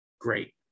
Great